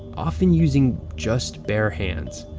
often using just bare hands.